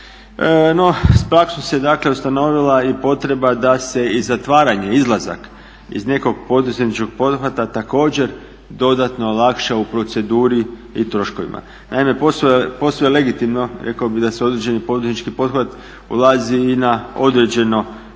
No s praksom se dakle ustanovila i potreba da se i zatvaranje, izlazak iz nekog poduzetničkog pothvata također dodatno olakša u proceduri i troškovima. Naime posve je legitimno rekao bih da se u određeni poduzetnički pothvat ulazi i na određeno kratko